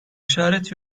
işaret